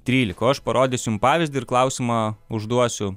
trylika o aš parodysiu jum pavyzdį ir klausimą užduosiu